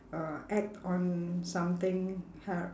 uh act on something hur~